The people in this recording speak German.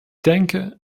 denke